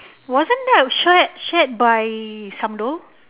wasn't that shared shared by Samdol